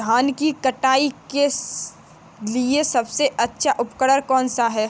धान की कटाई के लिए सबसे अच्छा उपकरण कौन सा है?